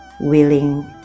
willing